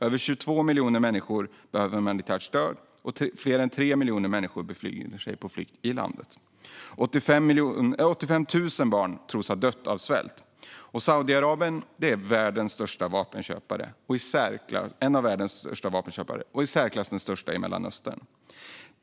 Över 22 miljoner människor behöver humanitärt stöd, och fler än 3 miljoner människor befinner sig på flykt i landet. 85 000 barn tros ha dött av svält. Saudiarabien är en av världens största vapenköpare, i särklass den största i Mellanöstern.